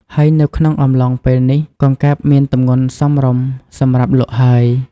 ហើយនៅក្នុងអំឡុងពេលនេះ កង្កែបមានទម្ងន់សមរម្យសម្រាប់លក់ហើយ។